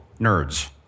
nerds